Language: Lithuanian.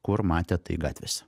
kur matėt tai gatvėse